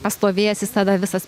pastovėjęs visada visas